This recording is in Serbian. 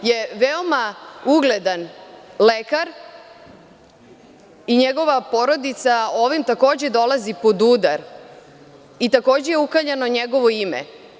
On je veoma ugledan lekar i njegova porodica ovim takođe dolazi pod udar i takođe je ukaljano njegovo ime.